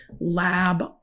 lab